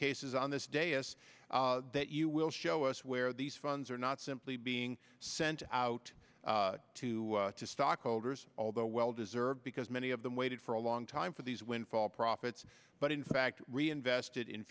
cases on this day s that you will show us where these funds are not simply being sent out to to stockholders although well deserved because many of them waited for a long time for these windfall profits but in fact reinvested in